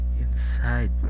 inside